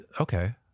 okay